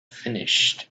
finished